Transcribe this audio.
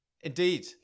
Indeed